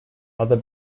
other